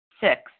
Six